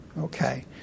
Okay